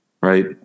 right